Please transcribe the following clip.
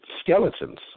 skeletons